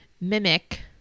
Mimic